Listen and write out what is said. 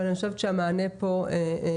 אבל אני חושבת שהמענה פה מספק.